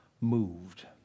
moved